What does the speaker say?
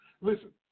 Listen